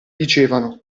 dicevano